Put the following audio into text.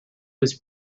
was